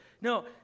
No